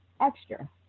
extra